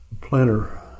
Planner